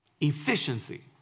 Efficiency